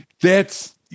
That's-